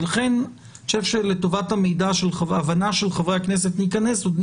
ולכן לטובת ההבנה של חברי הכנסת נכנס עוד,